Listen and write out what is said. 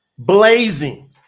blazing